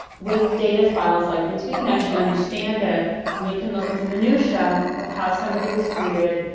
with data files like these, we can actually understand it and we can look at the minutia of how somebody was treated,